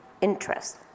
interest